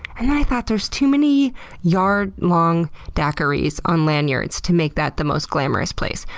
and then i thought there's too many yard-long daiquiris on lanyards to make that the most glamorous place.